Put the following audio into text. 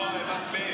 לא, הם מצביעים.